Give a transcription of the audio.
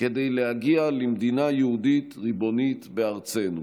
כדי להגיע למדינה יהודית ריבונית בארצנו.